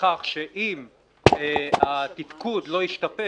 שאם התפקוד לא ישתפר